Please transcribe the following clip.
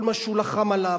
כל מה שהוא לחם עליו,